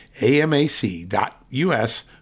amac.us